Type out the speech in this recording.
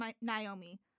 Naomi